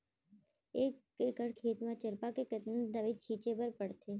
एक एकड़ खेत म चरपा के कतना दवई छिंचे बर पड़थे?